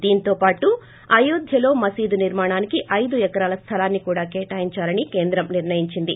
దీంతో పాటు అయోధ్యలో మసీదు నిర్మాణానికి ఐదు ఎకరాల స్థలాన్ని కూడా కేటాయించాలని కేంద్రం నిర్ణయించింది